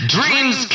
Dreams